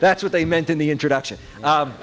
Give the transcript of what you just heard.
that's what they meant in the introduction